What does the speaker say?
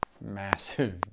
massive